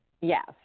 Yes